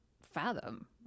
fathom